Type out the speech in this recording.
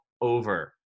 over